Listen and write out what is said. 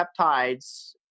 peptides